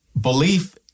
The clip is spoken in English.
belief